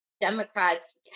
Democrats